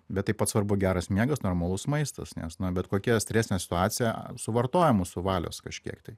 bet taip pat svarbu geras miegas normalus maistas nes na bet kokia stresinė situacija suvartoja mūsų valios kažkiek tai